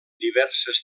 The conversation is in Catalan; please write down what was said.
diverses